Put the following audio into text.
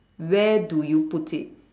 where do you put it